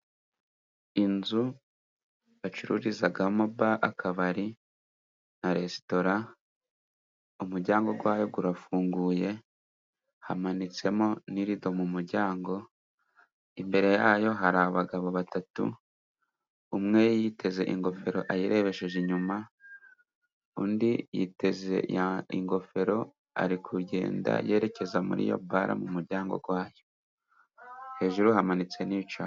Inzu bacururizamo akabari na resitora ,umuryango wayo urafunguye hamanitsemo n'irido mu muryango imbere yayo hari abagabo batatu, umwe yambaye ingofero ayirebesheje inyuma undi yambaye ingofero ari kugenda yerekeza muriyo bare mu muryango wayo hejuru hamanitse.